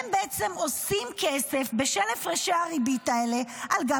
הם בעצם עושים כסף על גב הציבור בשל הפרשי הריבית האלה.